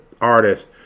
artist